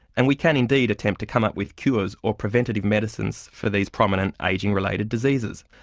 and we can indeed attempt to come up with cures or preventative medicines for these prominent ageing-related diseases.